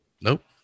nope